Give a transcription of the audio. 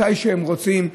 מתי שהם רוצים.